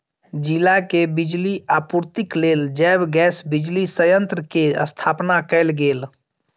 जिला के बिजली आपूर्तिक लेल जैव गैस बिजली संयंत्र के स्थापना कयल गेल